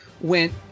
went